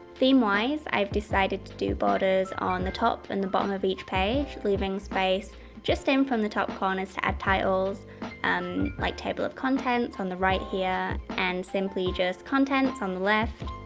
theme-wise, i've decided to do borders on the top and the bottom of each page leaving space just in from the top corners to add titles and like, table of contents on the right here and simply just contents on left